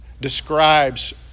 describes